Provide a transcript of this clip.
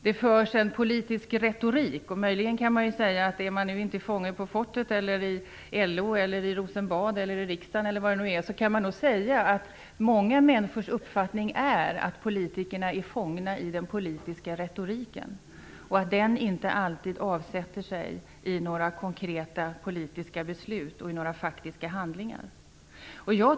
Det förs en politisk retorik, och möjligen kan man säga att om man nu inte är fånge på ett fort, i LO, i Rosenbad eller i riksdagen eller vad det nu är, är ändå många människors uppfattning den att politikerna är fångna i den politiska retoriken och att den inte alltid avsätter några konkreta politiska beslut och några faktiska handlingar.